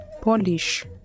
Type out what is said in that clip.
Polish